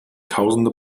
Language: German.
tausende